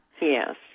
Yes